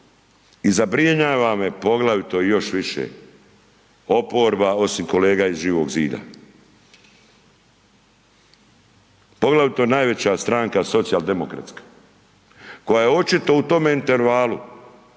I zabrinjava me poglavito još više, oporba osim kolega Živog zida. Poglavito najveća stranka socijaldemokratska, koja je očito u tome intervalu,